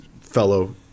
fellow